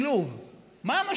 מה?